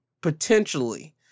potentially